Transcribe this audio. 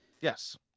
Yes